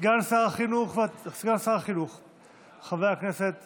סגן שרת החינוך חבר הכנסת